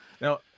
Now